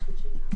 נגד?